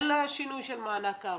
של השינוי של מענק העבודה,